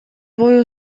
бою